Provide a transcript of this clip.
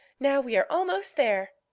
now we are almost there.